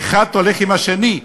האחד הולך עם השני,